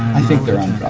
i think their